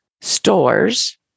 stores